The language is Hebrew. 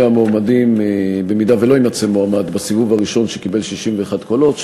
אם לא יימצא בסיבוב הראשון מועמד שקיבל 61 קולות,